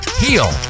heal